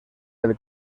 del